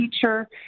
teacher